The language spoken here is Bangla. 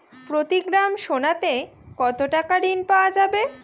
প্রতি গ্রাম সোনাতে কত টাকা ঋণ পাওয়া যাবে?